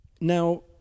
now